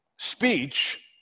Speech